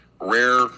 Rare